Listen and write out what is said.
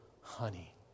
honey